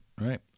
right